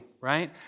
right